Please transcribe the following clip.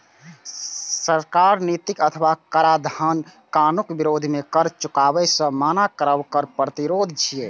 सरकारक नीति अथवा कराधान कानूनक विरोध मे कर चुकाबै सं मना करब कर प्रतिरोध छियै